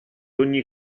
ogni